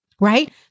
right